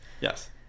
Yes